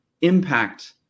impact